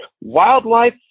wildlife